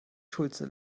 schulze